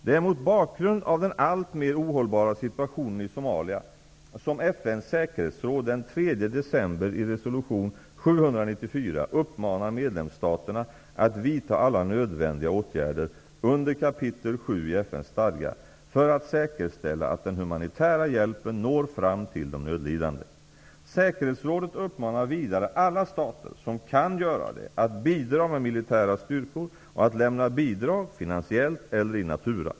Det är mot bakgrund av den alltmer ohållbara situationen i Somalia som FN:s säkerhetsråd den 3 december i resolution 794 uppmanar medlemsstaterna att vidta alla nödvändiga åtgärder, under kap. 7 i FN:s stadga, för att säkerställa att den humanitära hjälpen når fram till de nödlidande. Säkerhetsrådet uppmanar vidare alla stater, som kan göra det, att bidra med militära styrkor och att lämna bidrag, finansiellt eller in natura.